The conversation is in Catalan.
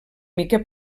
mica